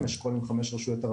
עם החברה להגנת הטבע,